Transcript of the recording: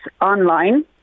online